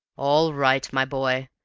all right, my boy!